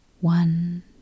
One